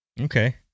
Okay